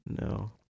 No